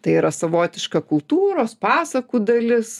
tai yra savotiška kultūros pasakų dalis